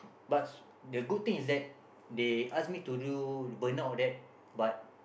but the good thing is that they ask me to do burn out or that but